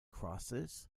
crosses